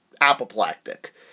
apoplectic